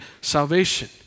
salvation